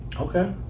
okay